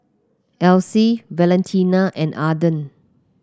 Elise Valentina and Ardeth